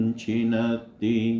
chinati